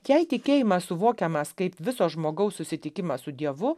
jei tikėjimas suvokiamas kaip viso žmogaus susitikimas su dievu